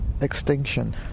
extinction